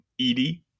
Edie